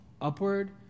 Upward